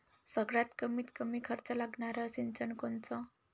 सगळ्यात कमीत कमी खर्च लागनारं सिंचन कोनचं?